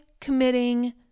committing